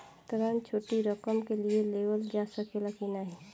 ऋण छोटी रकम के लिए लेवल जा सकेला की नाहीं?